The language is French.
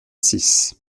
six